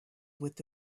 with